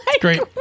great